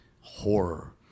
horror